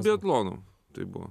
biatlonu tai buvo